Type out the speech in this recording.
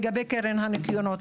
לגבי קרן הניקיון.